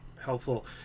helpful